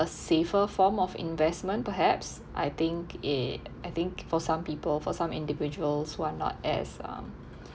a safer form of investment perhaps I think eh I think for some people for some individuals who are not as um